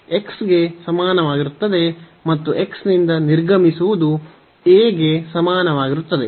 x ಗೆ ಸಮಾನವಾಗಿರುತ್ತದೆ ಮತ್ತು x ನಿಂದ ನಿರ್ಗಮಿಸುವುದು a ಗೆ ಸಮಾನವಾಗಿರುತ್ತದೆ